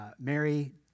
Mary